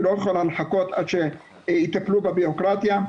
לא יכולה לחכות עד שיטפלו בבירוקרטיה,